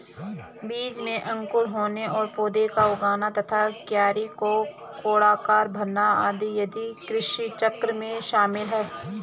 बीज में अंकुर होना और पौधा का उगना तथा क्यारी को कोड़कर भरना आदि कार्य कृषिचक्र में शामिल है